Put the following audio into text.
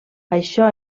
això